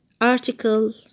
article